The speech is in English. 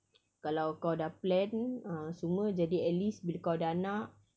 kalau kau dah plan ah semua jadi at least bila kau ada anak